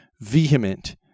vehement